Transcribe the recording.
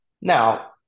Now